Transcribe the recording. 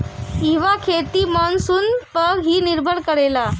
इहवा खेती मानसून पअ ही निर्भर करेला